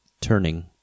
turning